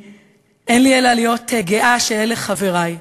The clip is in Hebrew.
אין לי אלא להיות גאה שאלה חברי,